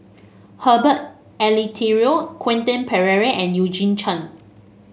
Herbert Eleuterio Quentin Pereira and Eugene Chen